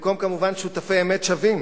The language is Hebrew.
במקום כמובן שותפי אמת שווים.